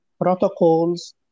protocols